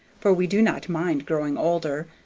for we do not mind growing older,